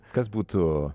kas būtų